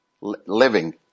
Living